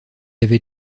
avait